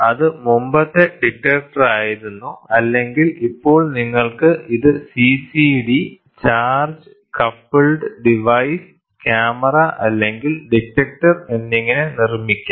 അത് മുമ്പത്തെ ഡിറ്റക്ടറായിരുന്നു അല്ലെങ്കിൽ ഇപ്പോൾ നിങ്ങൾക്ക് ഇത് CCD charge coupled device camera അല്ലെങ്കിൽ ഡിറ്റക്ടർ എന്നിങ്ങനെ നിർമ്മിക്കാം